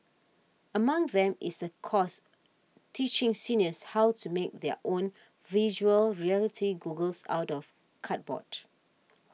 among them is a course teaching seniors how to make their own Virtual Reality goggles out of cardboard